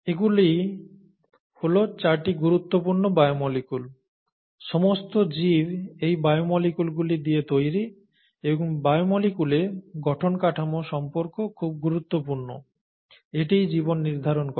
এগুলোই হল 4টি গুরুত্বপূর্ণ বায়োমলিকুল সমস্ত জীব এই বায়োমলিকুলগুলি দিয়ে তৈরি এবং বায়োমলিকুলে গঠন কাঠামো সম্পর্ক খুব গুরুত্বপূর্ণ এটিই জীবন নির্ধারণ করে